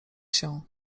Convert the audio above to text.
się